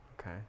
Okay